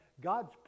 God's